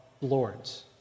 lords